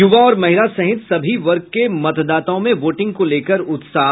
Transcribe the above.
यूवा और महिला सहित सभी वर्ग के मतदाताओं में वोटिंग को लेकर उत्साह